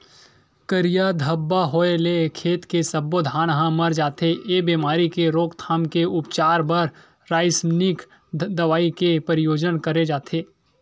करिया धब्बा होय ले खेत के सब्बो धान ह मर जथे, ए बेमारी के रोकथाम के उपचार बर रसाइनिक दवई के परियोग करे जाथे